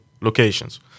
locations